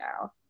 now